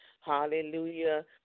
Hallelujah